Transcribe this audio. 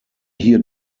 hier